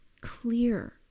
clear